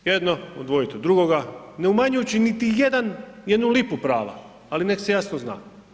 Jedno odvojiti od drugoga, ne umanjujući niti jednu lipu prava, ali neka se jasno zna.